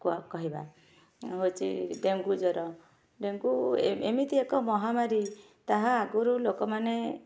କ୍ଵା କହିବା ହଉଚି ଡେଙ୍ଗୁ ଜ୍ୱର ଡେଙ୍ଗୁ ଏ ଏମିତି ଏକ ମହାମାରୀ ତାହା ଆଗରୁ ଲୋକମାନେ